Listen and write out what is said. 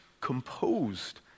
composed